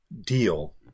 deal